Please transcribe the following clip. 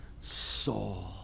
soul